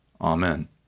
Amen